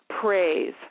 praise